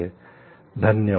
Thank you धन्यवाद